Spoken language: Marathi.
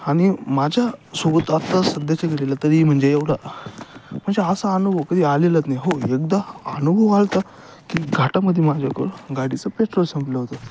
आणि माझ्या सोबत आता सध्याच्या घडीला तरी म्हणजे एवढा म्हणजे असा अनुभव कधी आलेलाच नाही हो एकदा अनुभव आला होता की घाटामध्ये माझ्याकडून गाडीचं पेट्रोल संपलं होतं